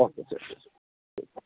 okay ശരി ശരി ശരി